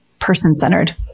person-centered